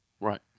Right